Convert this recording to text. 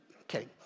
okay